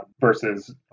versus